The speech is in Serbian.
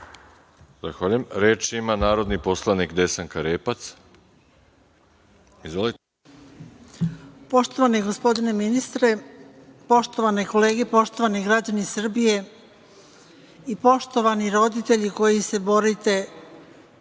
Zahvaljujem. Reč ima narodni poslanik Desanka Repac. **Desanka Repac** Poštovani gospodine ministre, poštovane kolege, poštovani građani Srbije i poštovani roditelji koji se borite